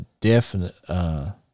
definite